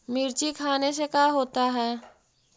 मिर्ची खाने से का होता है?